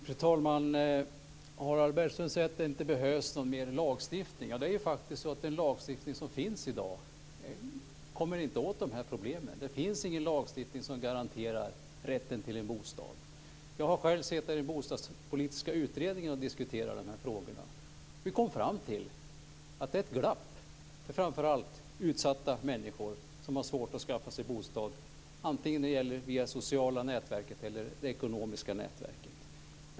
Fru talman! Harald Bergström säger att det inte behövs mer lagstiftning. Det är faktiskt så att den lagstiftning som finns i dag inte kommer åt dessa problem. Det finns ingen lagstiftning som garanterar rätten till en bostad. Jag har själv suttit och diskuterat dessa frågor i Bostadspolitiska utredningen. Vi kom fram till att det finns ett glapp när det framför allt gäller utsatta människor som har svårt att skaffa sig bostad antingen via det sociala nätverket eller via det ekonomiska nätverket.